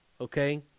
okay